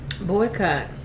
Boycott